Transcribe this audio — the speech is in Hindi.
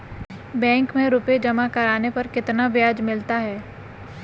बैंक में रुपये जमा करने पर कितना ब्याज मिलता है?